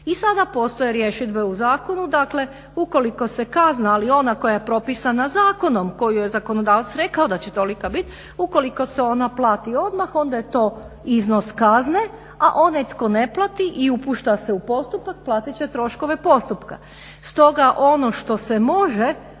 I sada postoje rješidbe u zakonu. Dakle ukoliko se kazna ali ona koja je propisana zakonom, koju je zakonodavac rekao da će tolika bit, ukoliko se ona plati odmah onda je to iznos kazne a onaj tko ne plati i upušta se u postupak, platit će troškove postupka. Stoga ono što se može